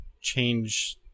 change